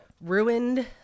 ruined